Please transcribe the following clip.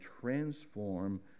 transform